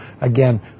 Again